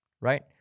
right